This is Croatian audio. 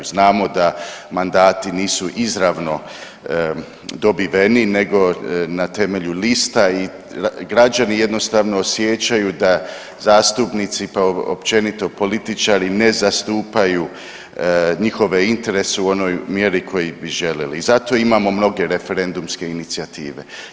Znamo da mandati nisu izravno dobiveni nego na temelju lista i građani jednostavno osjećaju da zastupnici općenito političari ne zastupaju njihove interes u onoj mjeri u kojoj bi želili i zato imamo mnoge referendumske inicijative.